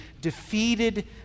defeated